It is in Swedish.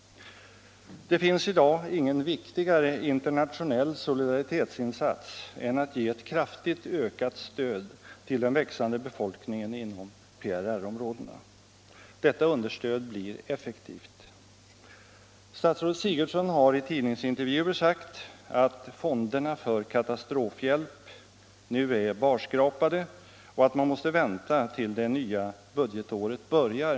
Det finns i dag ingen viktigare internationell solidaritetsinsats än att ge ett kraftigt ökat stöd till den växande befolkningen inom PRR-områdena. Detta understöd blir effektivt. Statsrådet Sigurdsen har i tidningsintervjuer sagt att fonderna för katastrofhjälp nu är barskrapade och att man måste vänta med ytterligare medel tills det nya budgetåret börjar.